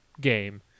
game